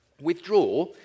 Withdraw